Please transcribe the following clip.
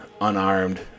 unarmed